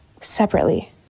separately